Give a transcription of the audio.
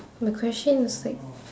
my question is like